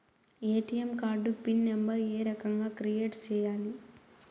ATM card pin number ఏ రకంగా create సేయాలి